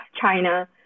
China